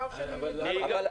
העיקר שמלמדים את זה.